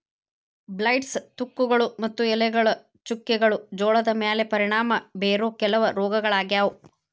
blights, ತುಕ್ಕುಗಳು ಮತ್ತು ಎಲೆಗಳ ಚುಕ್ಕೆಗಳು ಜೋಳದ ಮ್ಯಾಲೆ ಪರಿಣಾಮ ಬೇರೋ ಕೆಲವ ರೋಗಗಳಾಗ್ಯಾವ